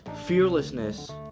fearlessness